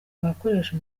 abakoresha